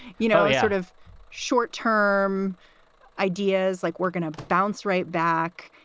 you know, sort of short term ideas like we're going to bounce right back.